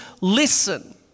listen